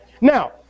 Now